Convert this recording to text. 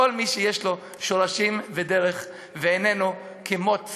כל מי שיש לו שורשים ודרך ואיננו כמוץ